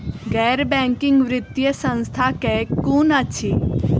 गैर बैंकिंग वित्तीय संस्था केँ कुन अछि?